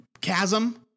chasm